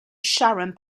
sharon